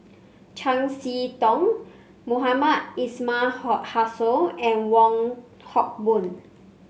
Chiam See Tong Mohamed Ismail Hussain and Wong Hock Boon